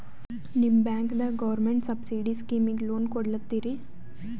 ನಿಮ ಬ್ಯಾಂಕದಾಗ government subsidy ಸ್ಕೀಮಿಗಿ ಲೊನ ಕೊಡ್ಲತ್ತೀರಿ?